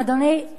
אדוני,